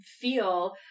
feel